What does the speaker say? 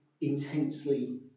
intensely